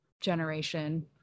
generation